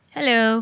Hello